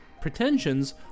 pretensions